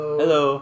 hello